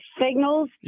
signals